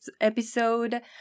episode